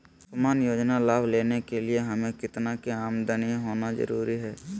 सामान्य योजना लाभ लेने के लिए हमें कितना के आमदनी होना जरूरी है?